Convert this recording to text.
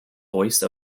voice